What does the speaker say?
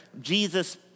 Jesus